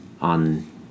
on